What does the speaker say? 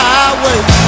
Highway